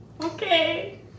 okay